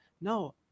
no